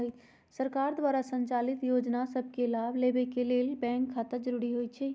सरकार द्वारा संचालित जोजना सभके लाभ लेबेके के लेल बैंक खता जरूरी होइ छइ